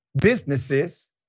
businesses